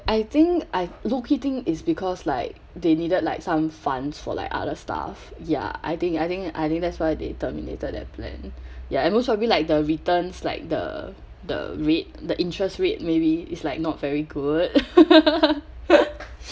I think I low key think is because like they needed like some funds for like other stuff ya I think I think I think that's why they terminated that plan ya and also maybe like the returns like the the rate the interest rate maybe it's like not very good